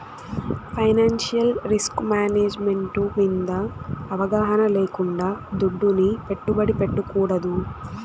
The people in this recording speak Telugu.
ఫైనాన్సియల్ రిస్కుమేనేజ్ మెంటు మింద అవగాహన లేకుండా దుడ్డుని పెట్టుబడి పెట్టకూడదు